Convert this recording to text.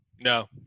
no